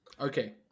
okay